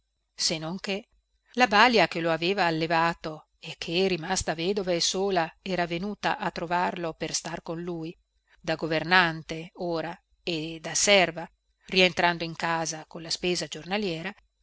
non che la balia che lo aveva allevato e che rimasta vedova e sola era venuta a trovarlo per star con lui da governante ora e da serva rientrando in casa con la spesa giornaliera